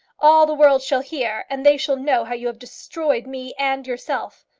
all the world shall hear, and they shall know how you have destroyed me and yourself.